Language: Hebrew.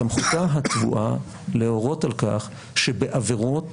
סמכותה הטבועה להורות על כך שבעבירות